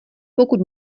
pokud